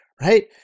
right